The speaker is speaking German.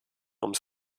ums